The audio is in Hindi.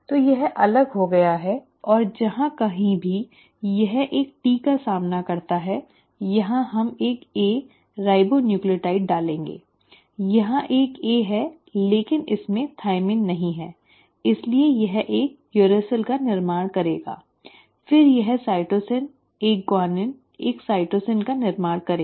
तो यह अलग हो गया है और जहां कहीं भी यह एक T का सामना करता है यहां हम एक A राइबोन्यूक्लियोटाइड डालेंगे यहां एक A है लेकिन इसमें थाइमिन नहीं है इसलिए यह एक यूरैसिल का निर्माण करेगा फिर यह साइटोसिन एक गाइनिन एक साइटोसिन का निर्माण करेगा